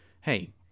hey